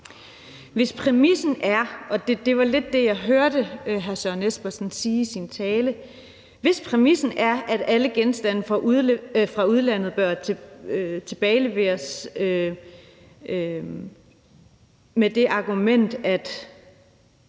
i sin tale – at alle genstande fra udlandet bør tilbageleveres og argumentet